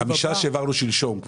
--- ה-5 מיליון שקלים שהעברנו שלשום.